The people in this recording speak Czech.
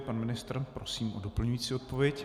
Pan ministr, prosím o doplňující odpověď.